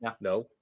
No